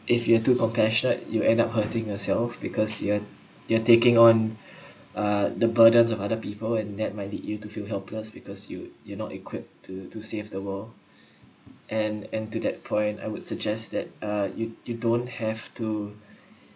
if you too compassionate you end up hurting yourself because you're you're taking on uh the burdens of other people and that might lead you to feel helpless because you you not equipped to to save the world and and to that point I would suggest that uh you you don't have to